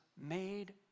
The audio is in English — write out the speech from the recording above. made